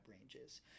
ranges